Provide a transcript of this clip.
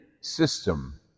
system